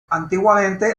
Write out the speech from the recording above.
antiguamente